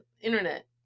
Internet